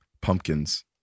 Pumpkins